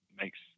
makes